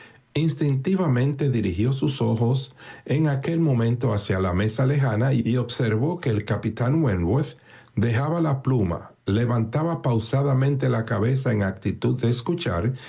instintivamente dirigió sus ojos pespuéln aquel momento hacia la mesa lejana y observó iioviaz lue e capítan wentworth dejaba la pluma levaniba pausadamente la cabeza en actitud de escuiar